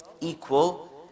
equal